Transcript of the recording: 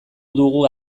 dugu